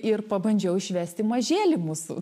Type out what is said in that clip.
ir pabandžiau išvesti mažėlį mūsų